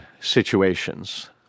situations